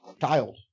child